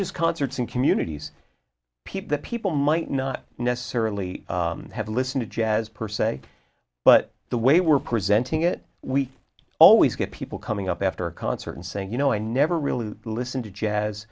just concerts and communities people that people might not necessarily have listen to jazz per se but the way we're presenting it we always get people coming up after a concert and saying you know i never really listen to jazz